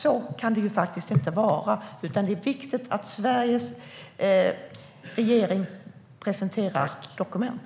Så kan det inte vara. Det är viktigt att Sveriges regering presenterar dokument.